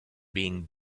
being